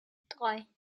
drei